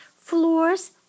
floors